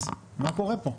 אז מה קורה פה?